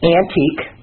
antique